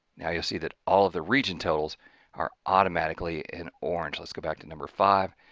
now you'll see that all of the region totals are automatically in orange. let's go back to number five.